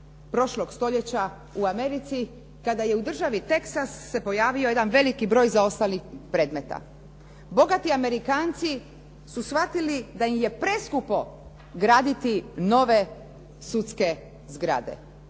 prošlog stoljeća u Americi kada je u državi Texas pojavio se jedan veliki broj zaostalih predmeta. Bogati Amerikanci su shvatili da im je preskupo graditi nove sudske zgrade